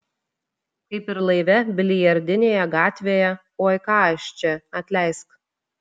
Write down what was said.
kaip ir laive biliardinėje gatvėje oi ką aš čia atleisk